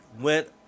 went